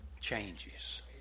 changes